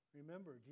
remember